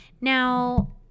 Now